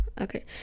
Okay